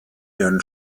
ihren